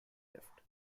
left